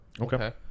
okay